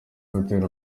gutera